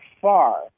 far